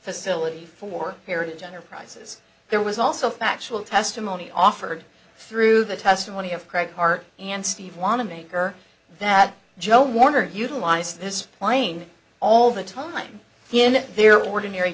facility for heritage enterprises there was also factual testimony offered through the testimony of craig hart and steve wanamaker that joe warner utilize this plane all the time in their ordinary